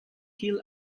hill